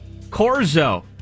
Corzo